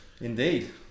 indeed